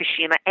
Fukushima